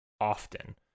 often